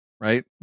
right